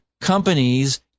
companies